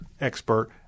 expert